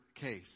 case